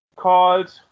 called